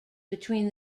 between